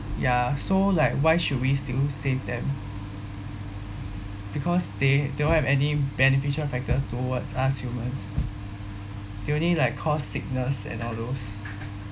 ya so like why should we still save them because they don't have any beneficial factor towards us humans they only like cause sickness and all those